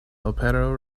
opero